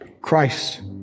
Christ